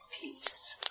peace